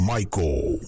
Michael